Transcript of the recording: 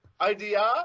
idea